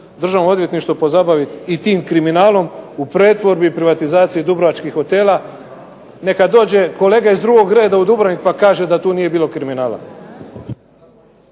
Državno odvjetništvo pozabaviti i tim kriminalom u pretvorbi i privatizaciji dubrovačkih hotela. Neka dođe kolega iz drugog reda u Dubrovnik pa kaže da tu nije bilo kriminala.